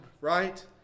right